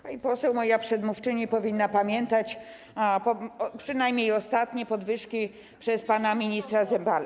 Pani poseł, moja przedmówczyni, powinna pamiętać przynajmniej ostatnie podwyżki dane przez pana ministra Zembalę.